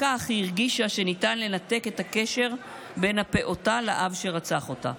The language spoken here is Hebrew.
היא הרגישה שרק כך ניתן לנתק את הקשר בין הפעוטה לאב שרצח אותה.